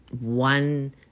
one